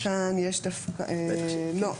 כאן אין ועד מנהל.